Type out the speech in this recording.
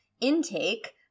intake